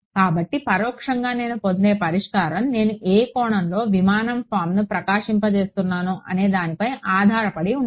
కాబట్టి పరోక్షంగా నేను పొందే పరిష్కారం నేను ఏ కోణంలో విమానం ఫారమ్ను ప్రకాశింపజేస్తున్నాను అనే దానిపై ఆధారపడి ఉంటుంది